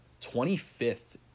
25th